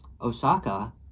Osaka